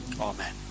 amen